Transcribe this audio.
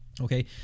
Okay